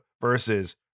versus